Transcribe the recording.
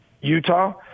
Utah